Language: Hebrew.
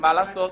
מה לעשות.